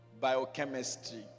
biochemistry